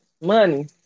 Money